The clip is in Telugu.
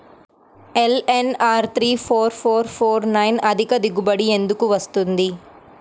LNR three four four four nine అధిక దిగుబడి ఎందుకు వస్తుంది?